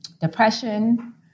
depression